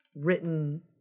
written